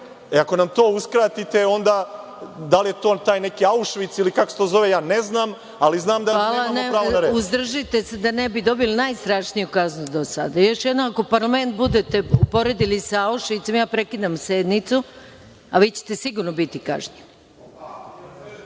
Ako nam to uskratite, onda, da li je to taj neki Aušvic ili kako se to zove, ja ne znam, ali znam da nemam pravo na reč. **Maja Gojković** Hvala. Uzdržite se da ne bi dobili najstrašniju kaznu do sada. Još jednom, ako parlament budete poredili sa Aušvicom, ja prekidam sednicu, a vi ćete sigurno biti